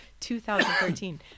2013